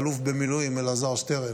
האלוף במילואים אלעזר שטרן,